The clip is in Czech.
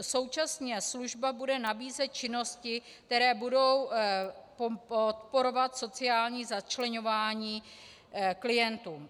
Současně služba bude nabízet činnosti, které budou podporovat sociální začleňování klientů.